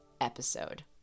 episode